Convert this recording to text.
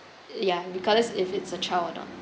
ya regardless if it's a child or not